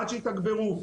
עד שיתגברו.